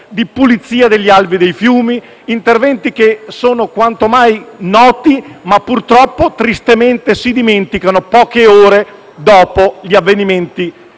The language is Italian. di pulizia degli alvei fiumi. Si tratta di interventi che sono quanto mai noti, ma purtroppo, tristemente, si dimenticano poche ore dopo gli avvenimenti